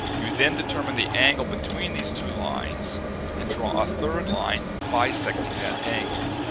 you then determine the angle between these two lines and draw a third line bisecting that angle.